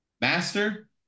Master